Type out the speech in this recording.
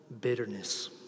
bitterness